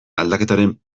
aldaketaren